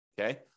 Okay